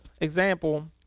example